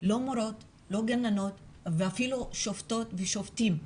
לא מורות, לא גננות ואפילו שופטות ושופטים.